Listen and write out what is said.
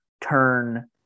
turn